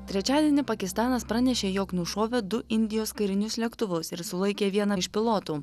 trečiadienį pakistanas pranešė jog nušovė du indijos karinius lėktuvus ir sulaikė vieną iš pilotų